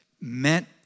meant